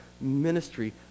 ministry